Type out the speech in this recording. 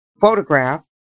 photograph